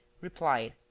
replied